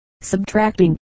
Subtracting